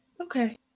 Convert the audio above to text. Okay